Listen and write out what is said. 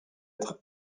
être